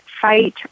fight